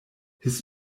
his